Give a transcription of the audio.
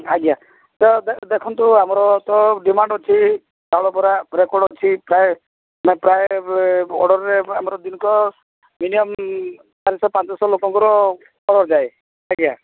ଆଜ୍ଞା ଦେଖନ୍ତୁ ଆମର ତ ଡିମାଣ୍ଡ ଅଛି ଚାଉଳ ବରା ରେକର୍ଡ ଅଛି ପ୍ରାୟ ପ୍ରାୟ ଅର୍ଡରରେ ଆମର ଦିନକ ମିନିମମ୍ ଚାରିଶହ ପାଞ୍ଚଶହ ଲୋକଙ୍କର ଅର୍ଡର ଯାଏ ଆଜ୍ଞା